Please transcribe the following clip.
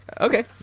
Okay